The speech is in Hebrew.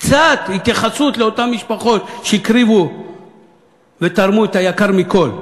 קצת התייחסות לאותן משפחות שהקריבו ותרמו את היקר מכול.